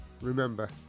Remember